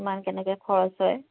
কিমান কেনেকৈ খৰচ হয়